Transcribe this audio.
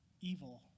evil